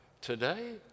today